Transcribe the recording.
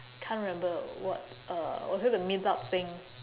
can't remember what uh was it a meetup thing